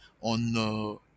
on